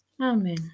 Amen